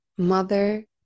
mother